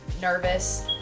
nervous